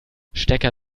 stecker